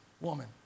woman